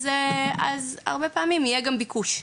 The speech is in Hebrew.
אז הרבה פעמים יהיה גם ביקוש.